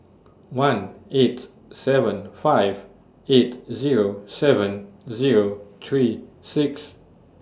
one eight seven five eight Zero seven Zero three six